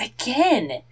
again